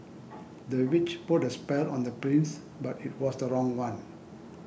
the witch put a spell on the prince but it was the wrong one